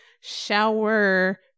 shower